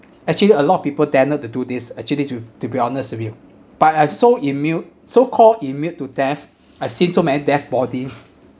actually a lot of people dare not to do this actually to to be honest with you but I'm so immune so called immune to death I seen so many death body